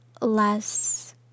less